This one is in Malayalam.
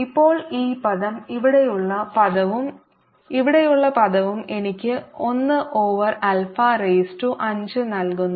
ഇപ്പോൾ ഈ പദം ഇവിടെയുള്ള പദവും ഇവിടെയുള്ള പദവും എനിക്ക് 1 ഓവർ ആൽഫ റൈസ് ടു 5 നൽകുന്നു